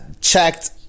checked